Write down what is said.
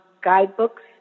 guidebooks